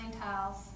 tiles